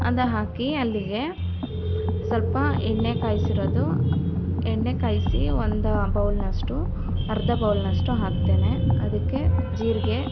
ಅದು ಹಾಕಿ ಅಲ್ಲಿಗೆ ಸ್ವಲ್ಪ ಎಣ್ಣೆ ಕಾಯಿಸಿರೋದು ಎಣ್ಣೆ ಕಾಯಿಸಿ ಒಂದು ಬೌಲ್ನಷ್ಟು ಅರ್ಧ ಬೌಲ್ನಷ್ಟು ಹಾಕ್ತೇನೆ ಅದಕ್ಕೆ ಜೀರಿಗೆ